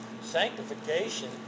sanctification